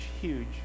huge